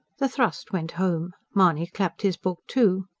the thrust went home. mahony clapped his book to.